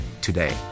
today